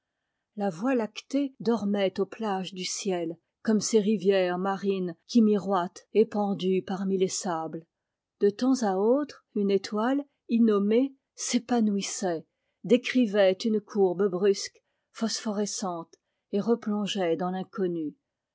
la voie lactée dormait aux plages du ciel comme ces rivières marines qui miroitent épandues parmi les sables de temps à autre une étoile innomée s'épanouissait décrivait une courbe brusque phosphorescente et replongeait dans l'inconnu